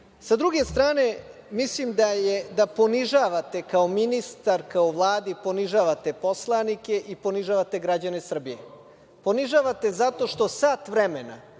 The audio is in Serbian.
druge strane, mislim da ponižavate, kao ministarka u Vladi ponižavate poslanike i ponižavate građane Srbije. Ponižavate zato što sat vremena